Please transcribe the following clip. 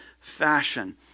fashion